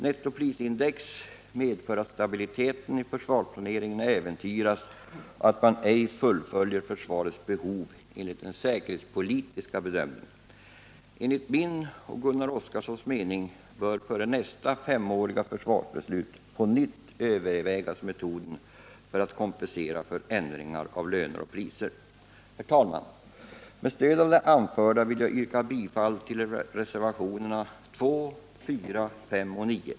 Nettoprisindex medför att stabiliteten i försvarsplaneringen äventyras och att man ej fullföljer försvarets behov enligt den säkerhetspolitiska bedömningen. Enligt Gunnar Oskarsons och min mening bör före nästa femåriga försvarsbeslut på nytt övervägas metoden för att kompensera förändringar av löner och priser. Med stöd av det anförda vill jag yrka bifall till reservationerna 2, 4, 5 och 9.